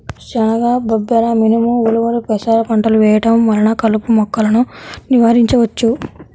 శనగ, బబ్బెర, మినుము, ఉలవలు, పెసర పంటలు వేయడం వలన కలుపు మొక్కలను నివారించవచ్చు